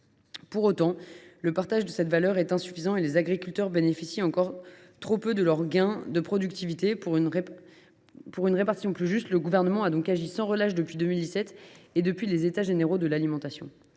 Pour autant, le partage de la valeur est insuffisant en la matière et les agriculteurs bénéficient encore trop peu de leurs gains de productivité. Pour une répartition plus juste, le Gouvernement agit donc sans relâche depuis 2017 et les États généraux de l’alimentation.